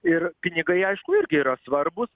ir pinigai aišku irgi yra svarbūs